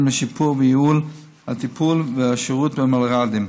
לשיפור וייעול של הטיפול והשירות במלר"דים.